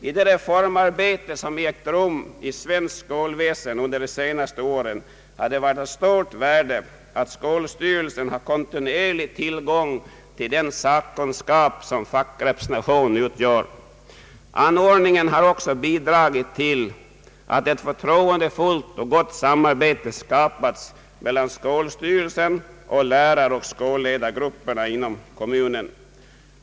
I det reformarbete som ägt rum i svenskt skolväsen under de senaste åren har det varit av stort värde att skolstyrelserna har kontinuerlig tillgång till den sakkunskap som fackrepresentationen utgör. Anordningen har också bidragit till att ett förtroendefullt och gott samarbete skapats mellan skolstyrelsen och läraroch skolledargrupperna inom kommunen.